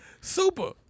Super